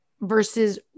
versus